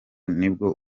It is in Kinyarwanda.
nibwo